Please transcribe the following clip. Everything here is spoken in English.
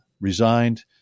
resigned